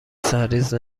سرریز